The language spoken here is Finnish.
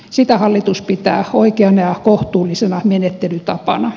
sitä hallitus pitää oikeana ja kohtuullisena menettelytapana